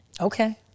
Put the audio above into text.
Okay